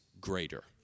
greater